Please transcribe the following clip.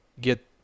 get